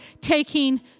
taking